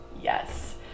yes